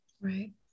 Right